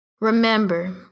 Remember